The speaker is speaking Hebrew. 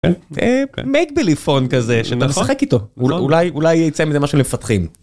מייק בליפון כזה שאתה משחק איתו אולי אולי יצא מזה משהו למפתחים.